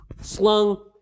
slung